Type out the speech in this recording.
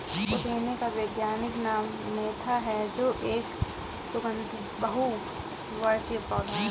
पुदीने का वैज्ञानिक नाम मेंथा है जो एक सुगन्धित बहुवर्षीय पौधा है